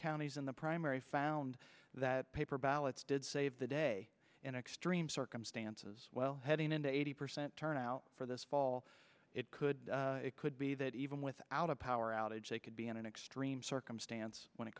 counties in the primary found that paper ballots did save the day in extreme circumstances well heading into eighty percent turnout for this fall it could it could be that even without a power outage they could be in an extreme circumstance